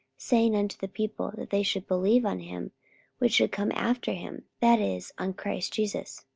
saying unto the people, that they should believe on him which should come after him, that is, on christ jesus.